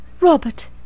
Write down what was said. Robert